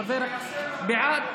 בעד,